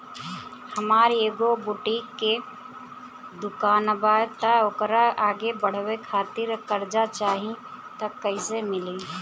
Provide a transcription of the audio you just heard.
हमार एगो बुटीक के दुकानबा त ओकरा आगे बढ़वे खातिर कर्जा चाहि त कइसे मिली?